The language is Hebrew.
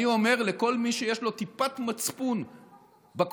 אני אומר לכל מי שיש לו טיפת מצפון בקואליציה,